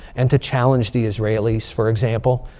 and to challenge the israelis, for example,